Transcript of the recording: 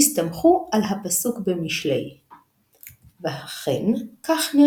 ומזכירה לא מעט פעמים ש"מקום שנהגו" במנהג מסוים,